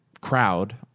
crowd